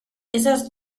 esas